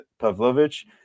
Pavlovich